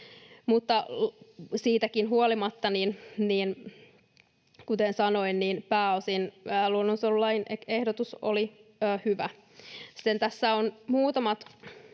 siitäkin huolimatta, kuten sanoin, pääosin luonnonsuojelulain ehdotus oli hyvä. Sitten tässä ovat muutamat